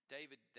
David